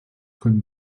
können